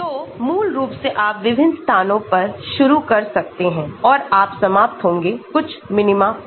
तो मूल रूप से आप विभिन्न स्थानों पर शुरू कर सकते हैं और आप समाप्त होंगे कुछ मिनीमा पर